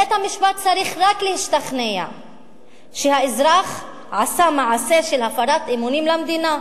בית-המשפט צריך רק להשתכנע ש"האזרח עשה מעשה של הפרת אמונים למדינה".